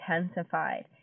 intensified